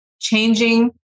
changing